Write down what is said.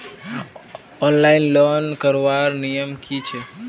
Online loan करवार नियम की छे?